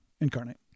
Incarnate